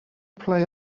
play